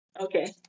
Okay